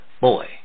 Boy